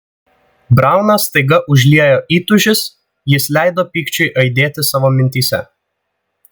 brauną staiga užliejo įtūžis jis leido pykčiui aidėti savo mintyse